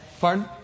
Pardon